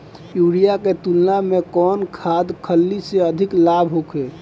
Urea के तुलना में कौन खाध खल्ली से अधिक लाभ होखे?